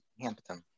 Hampton